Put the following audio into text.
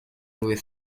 with